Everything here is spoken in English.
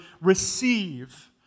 receive